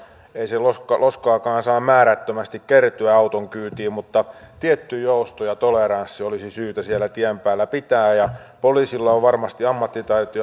ei loskaakaan saa määrättömästi kertyä auton kyytiin mutta tietty jousto ja toleranssi olisi syytä siellä tien päällä pitää poliisilla on varmasti ammattitaito